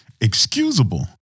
excusable